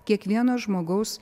kiekvieno žmogaus